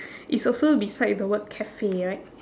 it's also beside the word cafe right